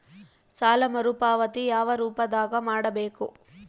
ಸಾಲ ಮರುಪಾವತಿ ಯಾವ ರೂಪದಾಗ ಮಾಡಬೇಕು?